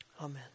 Amen